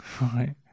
Right